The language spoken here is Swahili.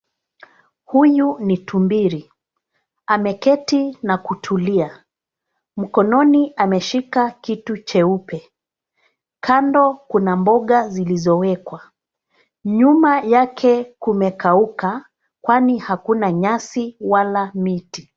Huyu ni tumbili, ameketi na kutulia. Mkononi ameshika kitu cheupe. Kando kuna mboga zilizowekwa. Nyuma yake kumekauka kwani hakuna nyasi wala miti.